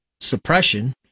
suppression